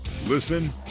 Listen